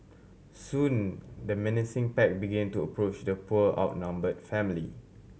soon the menacing pack begin to approach the poor outnumbered family